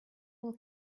will